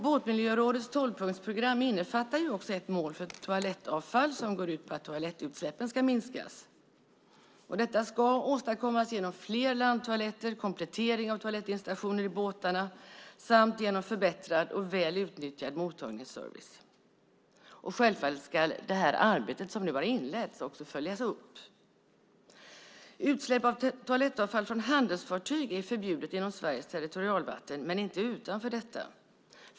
Båtmiljörådets tolvpunktsprogram innefattar ju också ett mål för toalettavfall som går ut på att toalettutsläppen ska minskas. Detta ska åstadkommas genom fler landtoaletter, komplettering av toalettinstallationer i båtarna samt genom förbättrad och väl utnyttjad mottagningsservice. Självfallet ska det arbete som nu har inletts också följas upp. Utsläpp av toalettavfall från handelsfartyg är förbjudet inom Sveriges territorialvatten, men inte utanför detta.